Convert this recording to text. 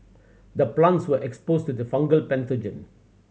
the plants were exposed to fungal pathogen